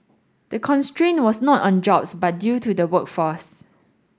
the constraint was not on jobs but due to the workforce